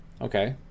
Okay